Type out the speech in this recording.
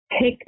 pick